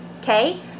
okay